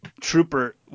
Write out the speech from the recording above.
trooper